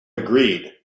agreed